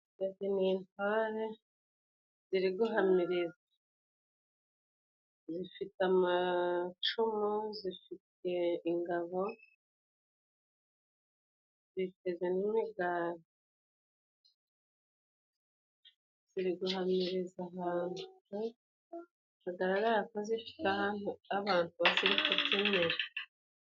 Izi ni intore, ziri guhamiriza. Zifite amacumu, zifite ingabo, ziteze n'imigara. Ziri guhamiriza ahantu, bigaragara ko zifite ahantu, abantu bo ziri kubyinira.